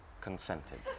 consented